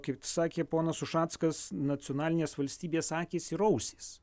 kaip sakė ponas ušackas nacionalinės valstybės akys ir ausys